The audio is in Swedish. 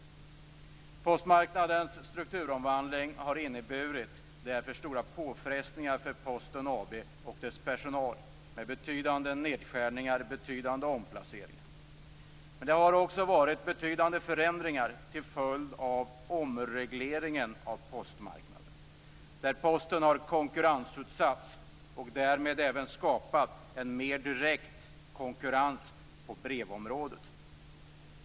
Postmarknadens strukturomvandling har inneburit stora påfrestningar för Posten AB och dess personal med betydande nedskärningar och omplaceringar. Men det har också skett betydande förändringar till följd av omregleringen av postmarknaden, där Posten har konkurrensutsatts. Därmed har det även skapats en mer direkt konkurrens på brevområdet.